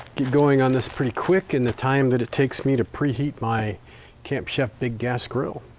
get going on this pretty quick in the time that it takes me to preheat my camp chef big gas grill.